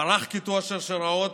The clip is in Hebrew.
מערך קיטוע השרשראות